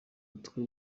mutwe